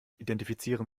identifizieren